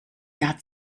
jahr